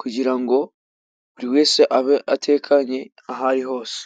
kugira ngo buri wese abe atekanye ahari hose.